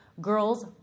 Girls